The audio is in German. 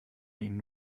ihnen